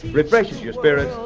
refreshes your spirits,